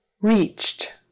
Reached